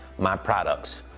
my products.